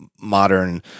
modern